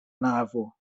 navo